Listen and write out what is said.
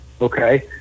okay